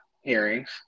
hearings